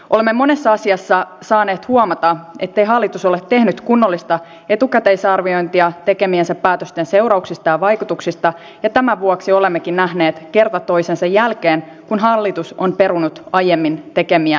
olemme monessa asiassa saaneet huomata ettei hallitus ole tehnyt kunnollista etukäteisarviointia tekemiensä päätösten seurauksista ja vaikutuksista ja tämän vuoksi olemmekin nähneet kerta toisensa jälkeen että hallitus on perunut aiemmin tekemiään päätöksiä